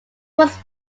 was